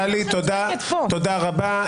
טלי, תודה רבה.